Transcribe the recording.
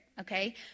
okay